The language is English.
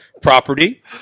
property